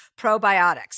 probiotics